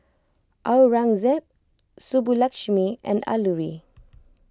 Aurangzeb Subbulakshmi and Alluri